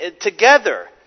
together